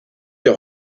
der